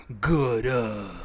good